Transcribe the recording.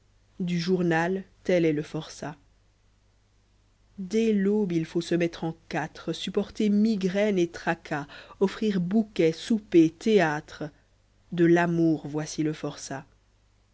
du journal tel est le forçat dès l'aube il faut se mettre en quatre supporter migraine'et tracas offrir bouquet souper théâtre de l'amour voici le forçat